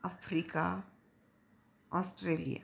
Africa Australia